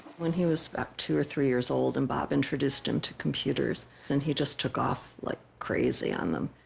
when he was at two or three three years old an bob introduced him to computers then he just took off like crazy on them